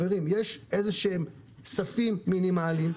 יש ספים מינימליים,